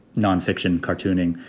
non-fiction, cartooning.